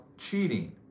cheating